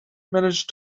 manage